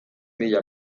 mila